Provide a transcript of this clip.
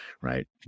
right